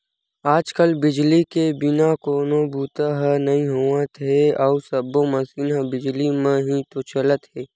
आज कल बिजली के बिना कोनो बूता ह नइ होवत हे अउ सब्बो मसीन ह बिजली म ही तो चलत हे